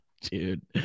Dude